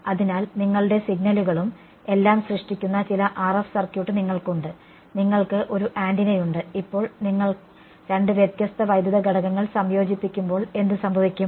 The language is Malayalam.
അതിനാൽ നിങ്ങളുടെ സിഗ്നലുകളും എല്ലാം സൃഷ്ടിക്കുന്ന ചില RF സർക്യൂട്ട് നിങ്ങൾക്കുണ്ട് നിങ്ങൾക്ക് ഒരു ആന്റിനയുണ്ട് ഇപ്പോൾ നിങ്ങൾ രണ്ട് വ്യത്യസ്ത വൈദ്യുത ഘടകങ്ങൾ സംയോജിപ്പിക്കുമ്പോൾ എന്ത് സംഭവിക്കും